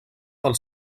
del